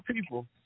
people